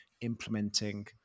implementing